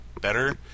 better